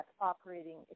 operating